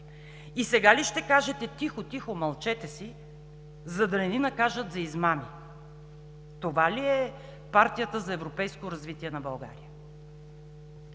И сега ли ще кажете: „Тихо, тихо, мълчете си, за да не ни накажат за измами?“ Това ли е партията за европейско развитие на България?